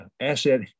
asset